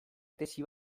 tesi